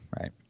right